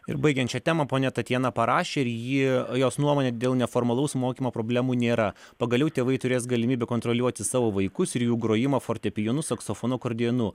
ir baigiant šią temą ponia tatjana parašė ir ji jos nuomonė dėl neformalaus mokymo problemų nėra pagaliau tėvai turės galimybę kontroliuoti savo vaikus ir jų grojimą fortepijonu saksofonu akordeonu